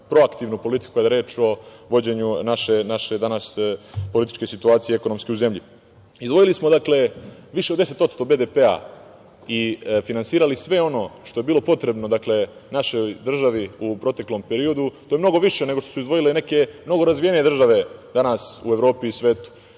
proaktivnu politiku kada je reč o vođenju naše današnje političke situacije i ekonomske u zemlji. Izdvojili smo više od 10% BDP i finansirali sve ono što je bilo potrebno našoj državi u proteklom periodu. To je mnogo više nego što su izdvojile neke mnogo razvijenije države danas u evropi i svetu.